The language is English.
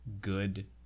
good